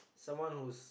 someone who's